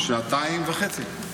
שעתיים וחצי.